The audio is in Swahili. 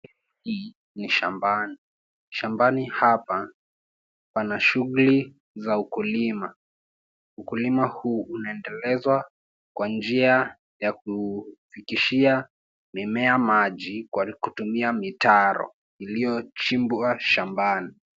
Hii ni shambani. Shambani hapa pana shughuli za ukulima. Ukulima huu unaendelezwa kwa njia ya kufikishia mimea maji kwa kutumia mitaro iliyochimbwa shambani.